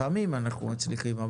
לפעמים אנחנו מצליחים.